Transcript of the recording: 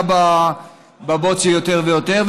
ישקע בבוץ יותר ויותר.